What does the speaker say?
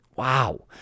Wow